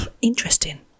interesting